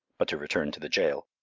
but to return to the jail.